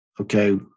okay